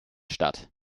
statt